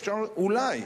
אפשר אולי,